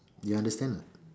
you understand or not